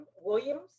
Williams